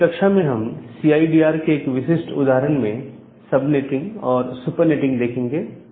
अगली कक्षा में हम सीआईडीआर के एक विशिष्ट उदाहरण में सब नेटिंग और सुपर्नेटिंग देखेंगे